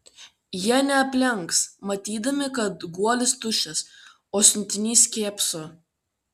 jie neaplenks matydami kad guolis tuščias o siuntinys kėpso